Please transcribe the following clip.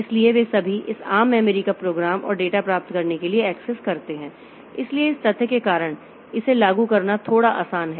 इसलिए वे सभी इस आम मेमोरी को प्रोग्राम और डेटा प्राप्त करने के लिए एक्सेस करते हैं इसलिए इस तथ्य के कारण इसे लागू करना थोड़ा आसान है